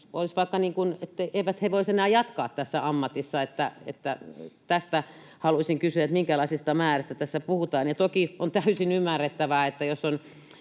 eivät voisi enää jatkaa tässä ammatissa. Tästä haluaisin kysyä, minkälaisista määristä tässä puhutaan. Toki on täysin ymmärrettävää, että jos on